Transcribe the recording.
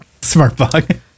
Smartbug